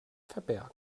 verbergen